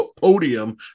podium